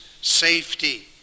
safety